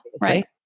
right